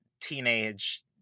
teenage